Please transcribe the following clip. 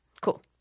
Cool